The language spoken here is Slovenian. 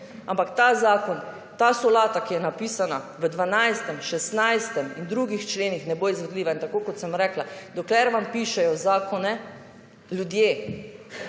Ampak ta solata, ki je napisana v 12., 16. in drugih členih, ne bo izvedljiva. In tako kot sem rekla, dokler vam pišejo zakone ljudje,